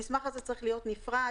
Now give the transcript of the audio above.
המסמך הזה צריך להיות נפרד,